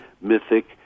mythic